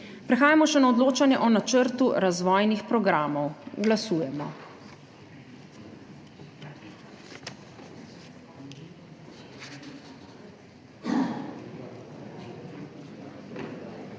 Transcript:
Prehajamo še na odločanje o načrtu razvojnih programov. Glasujemo.